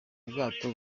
bwato